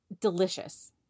delicious